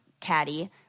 caddy